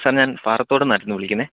sir ഞാൻ പാറത്തോട് നിന്നായിരുന്നു വിളിക്കുന്നത്